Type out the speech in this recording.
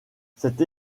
cette